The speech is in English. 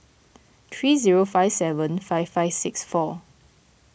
three zero five seven five five six four